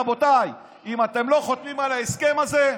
רבותיי, אם אתם לא חותמים על ההסכם הזה,